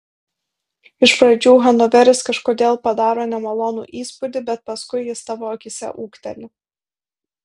iš pradžių hanoveris kažkodėl padaro nemalonų įspūdį bet paskui jis tavo akyse ūgteli